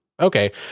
Okay